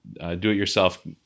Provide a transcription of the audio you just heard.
Do-it-yourself